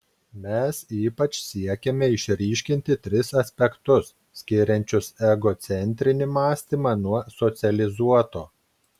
mes ypač siekėme išryškinti tris aspektus skiriančius egocentrinį mąstymą nuo socializuoto